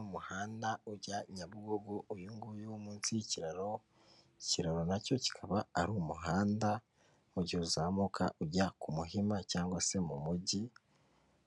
Umuhanda ujya nyabugogo uyu nguyu munsi y'ikiraro; ikiraro nacyo kikaba ari umuhanda mu mugihe uzamuka ujya ku muhima cyangwa se mu mujyi;